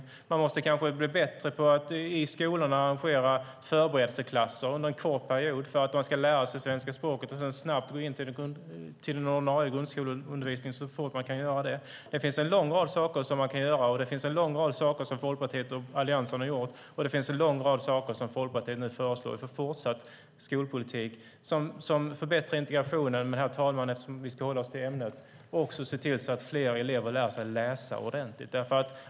Skolorna kanske måste bli bättre på att arrangera förberedelseklasser under en kort period för att elever ska lära sig svenska språket och sedan gå in i den ordinarie grundskoleundervisningen så fort de kan. Det finns en lång rad saker som man kan göra, och det finns en lång rad saker som Folkpartiet och Alliansen har gjort. Det finns en lång rad saker som Folkpartiet nu föreslår för fortsatt skolpolitik som förbättrar integrationen men också, herr talman, eftersom vi ska hålla oss till ämnet, ser till att fler elever lär sig läsa ordentligt.